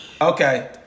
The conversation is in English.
Okay